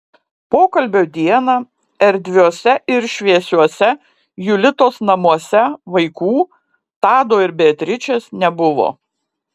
pokalbio dieną erdviuose ir šviesiuose julitos namuose vaikų tado ir beatričės nebuvo